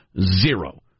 Zero